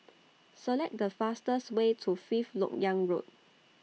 Select The fastest Way to Fifth Lok Yang Road